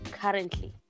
Currently